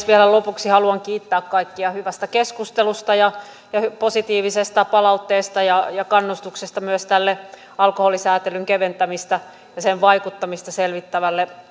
vielä lopuksi haluan kiittää kaikkia hyvästä keskustelusta ja ja positiivisesta palautteesta ja ja kannustuksesta myös tälle alkoholisäätelyn keventämistä ja sen vaikuttamista selvittävälle